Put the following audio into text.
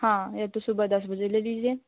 हाँ या तो सुबह दस बजे ले लीजिए